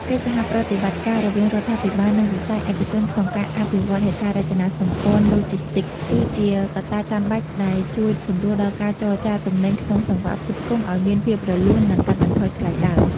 កិច្ចសហប្រតិបត្តិការរវាងរដ្ឋាភិបាល និងវិស័យឯកជនក្នុងការអភិវឌ្ឍហេដ្ឋារចនាសម្ព័ន្ធឡូជីស្ទីក គឺជាកត្តាចាំបាច់ដែលជួយសម្រួលដល់ការចរាចរទំនិញក្នុងសង្វាក់ផ្គត់ផ្គង់ឱ្យមានភាពរលូន និងកាត់បន្ថយថ្លៃដើម។